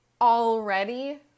already